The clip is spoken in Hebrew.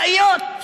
משאיות,